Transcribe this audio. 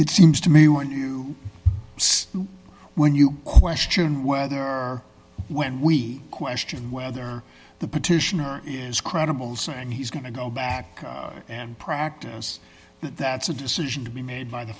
it seems to me when you when you question whether or when we question whether the petitioner is credible so and he's going to go back and practice that that's a decision to be made by the